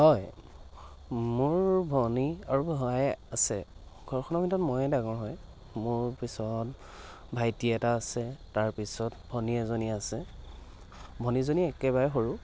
হয় মোৰ ভনী আৰু ভাই আছে ঘৰখনৰ ভিতৰত ময়ে ডাঙৰ হয় মোৰ পিছত ভাইটি এটা আছে তাৰ পিছত ভনী এজনী আছে ভনীজনী একেবাৰে সৰু